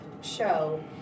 show